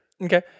Okay